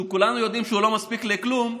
שכולנו יודעים שהוא לא מספיק לכלום.